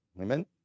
Amen